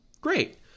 Great